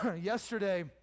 Yesterday